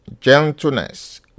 gentleness